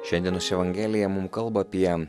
šiandienos evangelija mums kalba apie